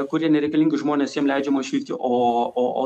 kurie nereikalingi žmonės jiem leidžiama išvykti o o o